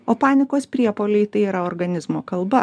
o panikos priepuoliai tai yra organizmo kalba